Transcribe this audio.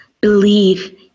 believe